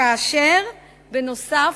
כאשר בנוסף,